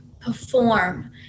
perform